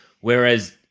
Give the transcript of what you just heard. Whereas